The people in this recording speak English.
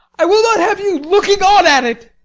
i will not have you looking on at it.